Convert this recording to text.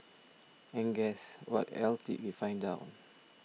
and guess what else did we find out